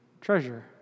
treasure